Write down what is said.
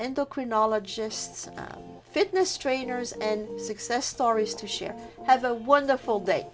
endocrinologists and fitness trainers and success stories to share as a wonderful day